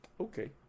okay